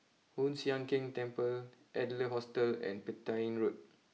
Hoon Sian Keng Temple Adler Hostel and Petain Road